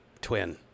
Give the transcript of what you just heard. twin